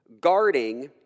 guarding